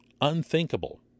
unthinkable